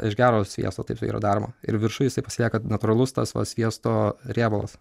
iš gero sviesto taip yra daroma ir viršuj jisai pasilieka natūralus tas va sviesto riebalas